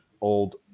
old